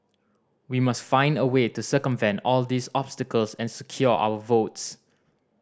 we must find a way to circumvent all these obstacles and secure our votes